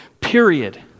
period